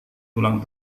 ulang